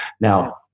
Now